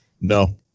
No